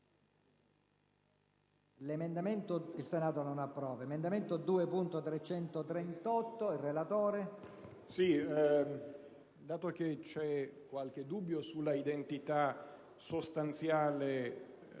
**Il Senato non approva**.